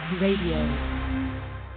RADIO